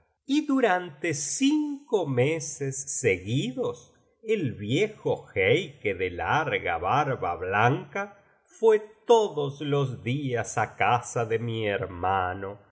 y durante cinco meses seguidos el viejo jaique de larga barba blanca fué todos los días á casa de mi hermano